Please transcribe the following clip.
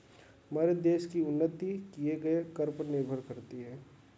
हमारे देश की उन्नति दिए गए कर पर निर्भर करती है